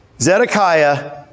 Zedekiah